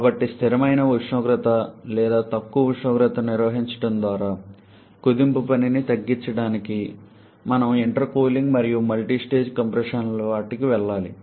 కాబట్టి స్థిరమైన ఉష్ణోగ్రత లేదా తక్కువ ఉష్ణోగ్రతను నిర్వహించడం ద్వారా కుదింపు పనిని తగ్గించడానికి మనం ఇంటర్కూలింగ్ మరియు మల్టీస్టేజ్ కంప్రెషన్ల వంటి వాటికి వెళ్లాలి